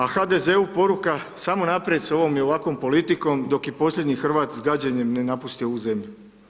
A HDZ-u poruka samo naprijed s ovom i ovakvom politikom dok i posljednji Hrvat s gađenjem ne napusti ovu zemlju.